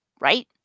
right